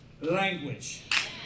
language